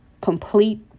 complete